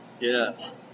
Yes